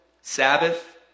Sabbath